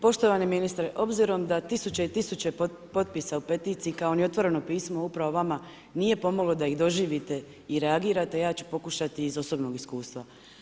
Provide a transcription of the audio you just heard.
Poštovani ministre, obzirom da 1000 i 1000 potpisa u peticiji, kao i otvoreno pismo upravo vama, nije pomoglo da ih doživite i reagirate, ja ću pokušati iz osobnog iskustva.